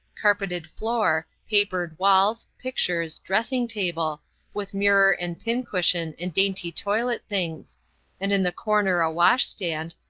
carpeted floor, papered walls, pictures, dressing-table, with mirror and pin-cushion and dainty toilet things and in the corner a wash-stand,